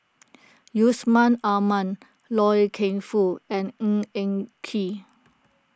Yusman Aman Loy Keng Foo and Ng Eng Kee